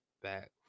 back